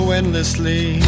endlessly